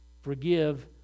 Forgive